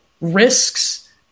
risks